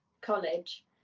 college